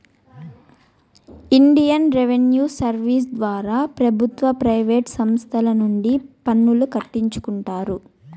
Indian revenue service ద్వారా ప్రభుత్వ private సంస్తల నుండి పన్నులు కట్టించుకుంటారు